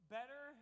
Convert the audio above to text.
Better